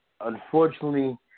unfortunately